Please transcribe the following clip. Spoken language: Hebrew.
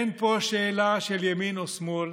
אין פה שאלה של ימין ושמאל,